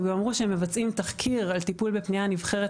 הם גם אמרו שהם מבצעים תחקיר על טיפול בפנייה נבחרת